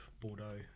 Bordeaux